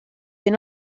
hier